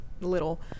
little